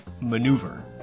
Maneuver